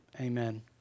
amen